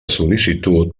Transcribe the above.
sol·licitud